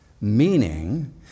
Meaning